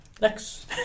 Next